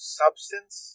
substance